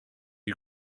you